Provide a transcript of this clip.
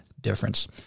difference